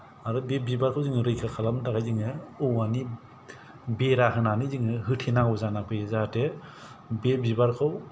आरो बे बिबारखौ जोङो रैखा खालामनो थाखाय जोङो औवानि बेरा होनानै जोङो होथेनांगौ जानानै फैयो जाहाथे बे बिबारखौ